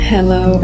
Hello